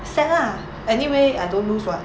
sad lah anyway I don't lose [what]